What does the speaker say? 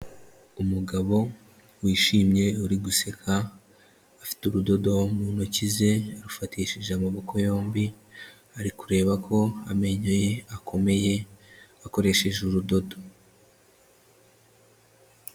Umugabo wishimye uriguseka afite urudodo mu ntoki ze arufatishije amaboko yombi, Ari kureba ko amenyo ye akomeye akoresheje urudodo.